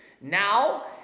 Now